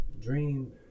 dream